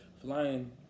Flying